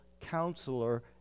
counselor